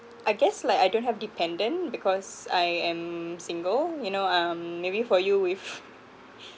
I guess like I don't have dependent because I am single you know um maybe for you with